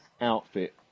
outfit